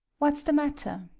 what's the matter?